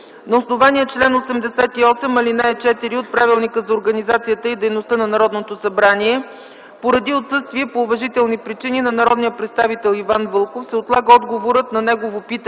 На основание чл. 88, ал. 4 от Правилника за организацията и дейността на Народното събрание поради отсъствие по уважителни причини на народния представител Иван Вълков се отлага отговорът на негово питане